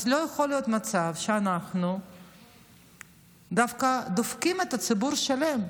אז לא יכול להיות מצב שאנחנו דופקים דווקא ציבור שלם.